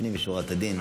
לפנים משורת הדין.